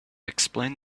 explained